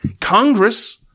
Congress